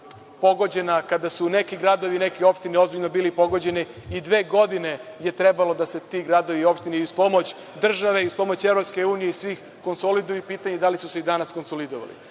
kada su neki gradovi i neke opštine ozbiljno bili pogođeni i dve godine je trebalo da se ti gradovi i opštine i uz pomoć države i uz pomoć EU i svih konsoliduju i pitanje je da li su se i danas konsolidovali. Takođe,